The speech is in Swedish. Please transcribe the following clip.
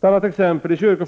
Jag vill ta ett annat exempel. Regeringen